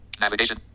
Navigation